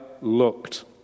looked